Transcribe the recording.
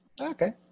Okay